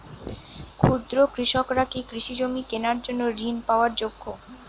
ক্ষুদ্র কৃষকরা কি কৃষিজমি কেনার জন্য ঋণ পাওয়ার যোগ্য?